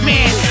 Man